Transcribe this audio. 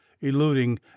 eluding